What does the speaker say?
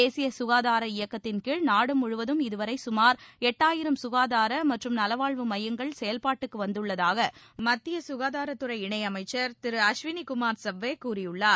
தேசிய சுகாதார இயக்கத்தின் கீழ் நாடு முழுவதும் இதுவரை சுமார் எட்டாயிரம் சுகாதார மற்றும் நலவாழ்வு மையங்கள் செயல்பாட்டுக்கு வந்துள்ளதாக மத்திய சுகாதாரத்துறை இணையமைச்சர் திரு அஷ்வினி குமார் சவ்பே கூறியுள்ளார்